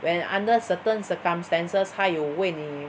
when under certain circumstances 他有为你